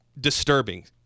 disturbing